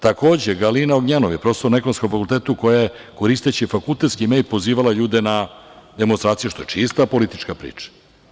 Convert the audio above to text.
Takođe, Galjina Ognjanov je profesor na Ekonomskog fakultetu koja je koristeći fakultetski mejl pozivala ljude na demonstracije, što je čista politička priča.